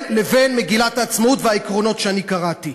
לבין מגילת העצמאות והעקרונות שאני קראתי.